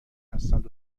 هستند